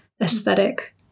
aesthetic